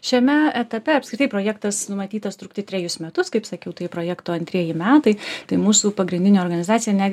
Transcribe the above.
šiame etape apskritai projektas numatytas trukti trejus metus kaip sakiau tai projekto antrieji metai tai mūsų pagrindinė organizacija ne